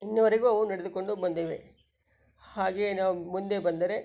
ಇನ್ನುವರೆಗೂ ಅವು ನೆಡೆದುಕೊಂಡು ಬಂದಿವೆ ಹಾಗೆಯೇ ನಾವು ಮುಂದೆ ಬಂದರೆ